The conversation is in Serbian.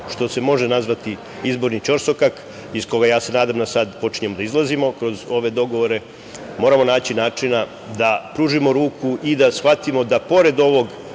što se može nazvati izborni ćorsokak iz koga se ja nadam da sada počinjemo da izlazimo kroz ove dogovore, moramo naći načina da pružimo ruku i da shvatimo da pored ovog